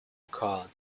called